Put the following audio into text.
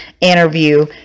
interview